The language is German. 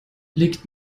liegt